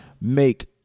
make